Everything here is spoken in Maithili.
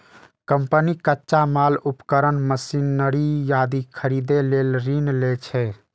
कंपनी कच्चा माल, उपकरण, मशीनरी आदि खरीदै लेल ऋण लै छै